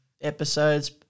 episodes